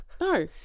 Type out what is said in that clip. No